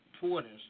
Porters